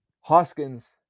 Hoskins